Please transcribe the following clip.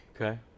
Okay